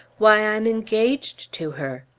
why, i'm engaged to her!